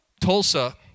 Tulsa